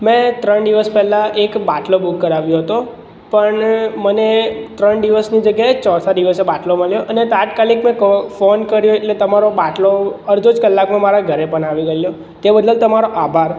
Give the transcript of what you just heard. મેં ત્રણ દિવસ પહેલાં એક બાટલો બુક કરાવ્યો હતો પણ મને ત્રણ દિવસની જગ્યાએ ચોથો દિવસે બાટલો મળ્યો અને તાત્કાલિક મેં કો ફોન કર્યો એટલે તમારો બાટલો અડધો જ કલાકમાં મારા ઘરે પણ આવી ગયેલો તે બદલ તમારો આભાર